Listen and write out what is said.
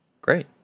Great